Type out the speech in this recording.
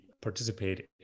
participate